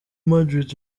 madrid